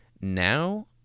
now